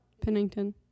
Pennington